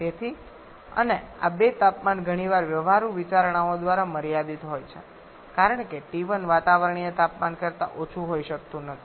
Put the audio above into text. તેથી અને આ બે તાપમાન ઘણી વાર વ્યવહારુ વિચારણાઓ દ્વારા મર્યાદિત હોય છે કારણ કે T1 વાતાવરણીય તાપમાન કરતા ઓછું હોઈ શકતું નથી